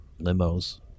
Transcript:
limos